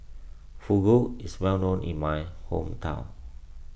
Fugu is well known in my hometown